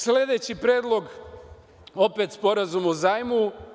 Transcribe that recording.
Sledeći predlog je Sporazum o zajmu.